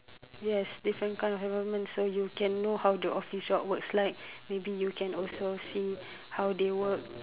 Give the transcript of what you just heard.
yes different kind of environment so you can know how the office job works like maybe you can also see how they work